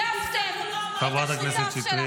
כי חשוב שישמעו את זה גם אזרחי מדינת ישראל,